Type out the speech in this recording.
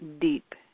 deep